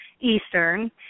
Eastern